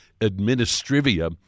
administrivia